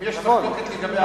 אם יש מחלוקת לגבי הוועדה,